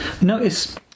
Notice